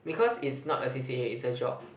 because it's not a C_C_A it's a job